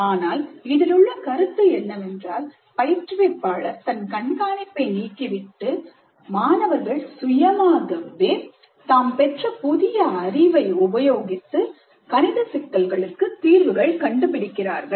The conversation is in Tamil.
ஆனால் இதிலுள்ள கருத்து என்னவென்றால் பயிற்றுவிப்பாளர் தன் கண்காணிப்பை நீக்கிவிட்டு மற்றும் மாணவர்கள் சுயமாகவே தாம் பெற்ற புதிய அறிவை உபயோகித்து சிக்கல்களுக்கு தீர்வுகள் கண்டுபிடிக்கிறார்கள்